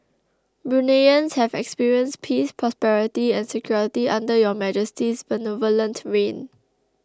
Bruneians have experienced peace prosperity and security under Your Majesty's benevolent reign